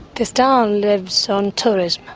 this town lives on tourism.